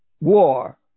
war